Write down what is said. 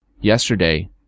Yesterday